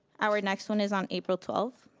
our next one is on april twelfth.